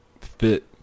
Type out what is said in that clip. fit